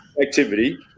activity